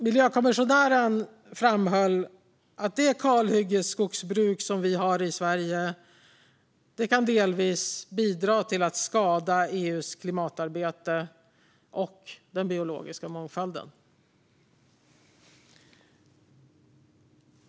Miljökommissionären framhöll att det kalhyggeskogsbruk som vi har i Sverige delvis kan bidra till att skada EU:s klimatarbete och den biologiska mångfalden.